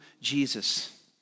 Jesus